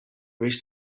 reached